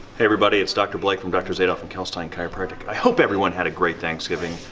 everybody it's dr. blake from doctors adolph and kalkstein chiropractic. i hope everyone had a great thanksgiving.